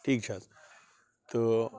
تھیٖک چھِ حظ